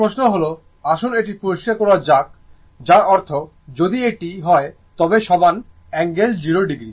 এখন প্রশ্ন হল আসুন এটি পরিষ্কার করা যাক যার অর্থ যদি এটি I হয় তবে সমান অ্যাঙ্গেল 0o